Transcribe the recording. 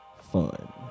fun